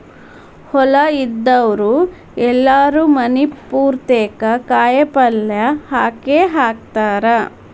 ಹೊಲಾ ಇದ್ದಾವ್ರು ಎಲ್ಲಾರೂ ಮನಿ ಪುರ್ತೇಕ ಕಾಯಪಲ್ಯ ಹಾಕೇಹಾಕತಾರ